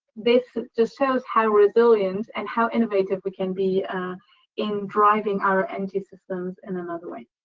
this just shows how resilient and how innovative we can be in driving our energy systems in another way.